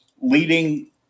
leading